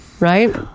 Right